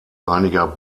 einiger